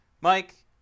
Mike